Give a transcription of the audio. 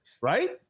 right